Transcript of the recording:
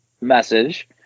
message